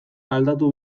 aldatu